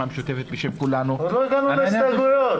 המשותפת --- עוד לא הגענו להסתייגויות.